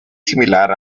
similar